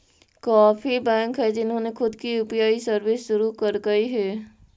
काफी बैंक हैं जिन्होंने खुद की यू.पी.आई सर्विस शुरू करकई हे